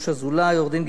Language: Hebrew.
עורך-הדין גלעד אזולאי,